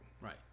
right